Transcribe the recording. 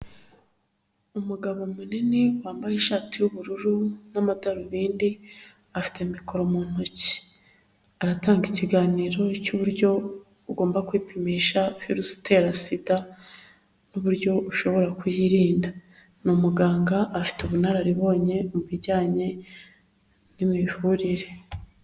Umugabo munini wambaye ishati y'ubururu n'amadarubindi, afite mikoro mu ntoki, aratanga ikiganiro cy'uburyo ugomba kwipimisha virusi itera sida n'ububuryo ushobora kuyirinda. Ni umuganga afite ubunararibonye mubijyanye n'imivurire.